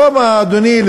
אדוני,